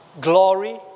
glory